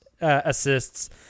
assists